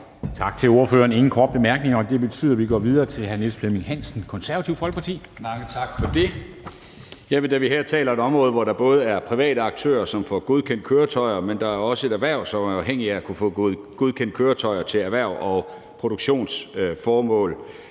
Tak til ordføreren. Der er ingen korte bemærkninger, og det betyder, at vi går videre til hr. Niels Flemming Hansen, Det Konservative Folkeparti. Kl. 13:23 (Ordfører) Niels Flemming Hansen (KF): Mange tak for det. Da vi her taler om et område, hvor der både er private aktører, som får godkendt køretøjer, men også et erhvervsliv, som er afhængigt af at kunne få godkendt køretøjer til erhvervs- og produktionsformål,